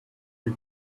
you